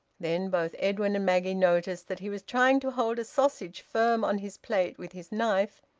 then both edwin and maggie noticed that he was trying to hold a sausage firm on his plate with his knife,